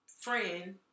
friend